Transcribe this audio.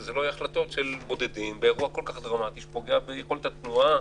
שזה לא יהיו החלטות של בודדים באירוע כל כך דרמטי שפוגע ביכולת התנועה.